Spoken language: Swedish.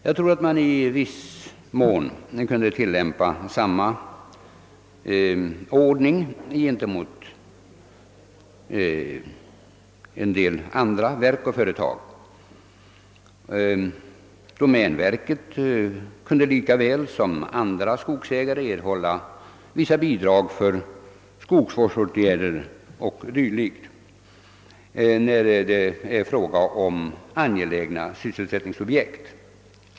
Jag tror att samma ordning i viss utsträckning skulle kunna tillämpas beträffande en del andra verk och företag. Domänverket kunde t.ex. lika väl som andra skogsägare erhålla vissa bidrag för skogsvårdsåtgärder o. d. när det gäller angelägna sysselsättningsobjekt.